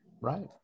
Right